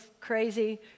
crazy